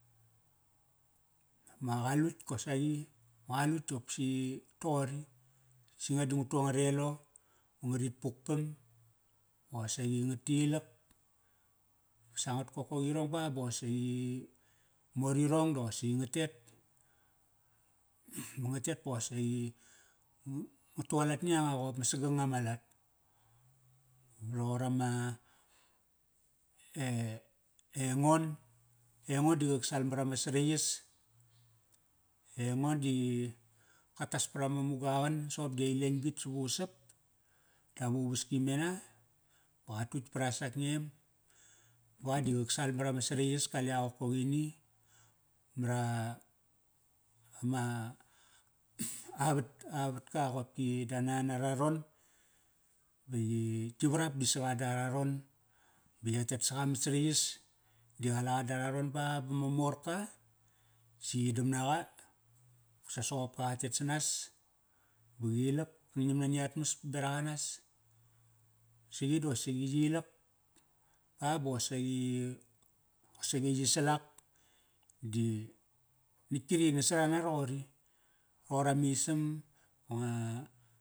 Ma qalutk kosaqi. Ma qalutk topsi toqori. Si nga di nga tu angar elo. Ngarit puk pam ba qosaqi ngatilak, sangat kokoqirong ba, ba qosaqi mor irong da qosaqi nga tet. ba nga te pa qosaqi nga, ngat tualat ni yanga qop ma saganga ma lat. Ba roqor ama, e engon, engo di qak sal marama saraiyas, engon di, ka tas parama muga a qan soqop di a ileng bit savusap dap uvaski mena. Ba qa tutk para sak ngem. Ba qa di qak sal marama saraiyas kale a qokoqini mara, ama a vat, a vatka qopki da nan ara romn. Ba yi, yi varap di saqa dara ron. Ba ya tet saqa mat saraiyas. Di qalaqa dara ron ba, ba ma morka, si yi dam naqa, sa soqopka qa tet sanas. Ba qilak, kang ngiam nani atmas pa berak anas. Si qi da qosaqi yi ilak pa ba qosaqi, qosaqi yi sal ak. Di nitk kri nasarana roqori. Roqor amisam, ba nga.